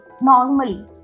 normally